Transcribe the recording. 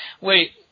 Wait